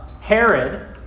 Herod